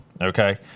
okay